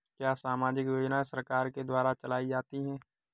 क्या सामाजिक योजनाएँ सरकार के द्वारा चलाई जाती हैं?